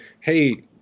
Hey